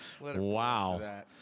wow